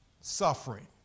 Suffering